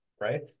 right